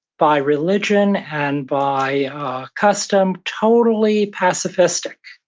by religion and by custom, totally pacifistic.